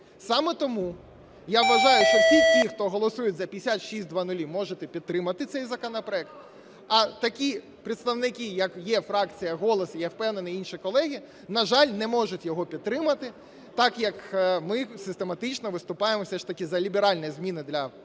Саме тому я вважаю, що всі ті, хто голосують за 5600, можете підтримати цей законопроект, а такі представники, як є фракція "Голос", і, я впевнений, інші колеги, на жаль, не можуть його підтримати, так як ми систематично виступаємо все ж таки за ліберальні зміни для